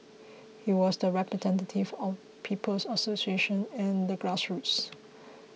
he was the representative of People's Association and the grassroots